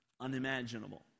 unimaginable